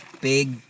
big